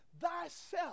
thyself